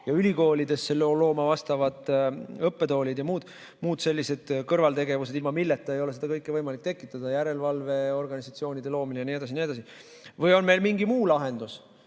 ja ülikoolidesse looma vastavad õppetoolid jms kõrvaltegevused, ilma milleta ei ole seda kõike võimalik tekitada, looma järelevalveorganisatsioonid jne, jne. Või on meil mingi muu lahendus?